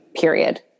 period